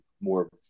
more